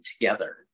together